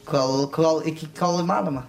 kol kol iki kol įmanoma